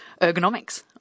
ergonomics